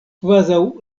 kvazaŭ